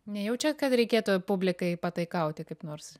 nejaučiat kad reikėtų publikai pataikauti kaip nors